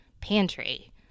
pantry